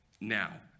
now